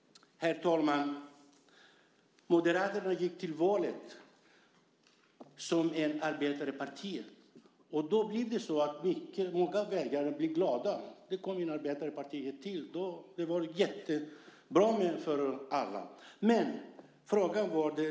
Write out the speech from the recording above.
Herr talman! Moderaterna gick till valet som ett arbetarparti. Då blir många väljare glada; det kom ett arbetarparti till, och det är jättebra för alla! Men det finns en fråga.